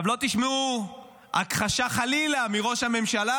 לא תשמעו חלילה הכחשה מראש הממשלה,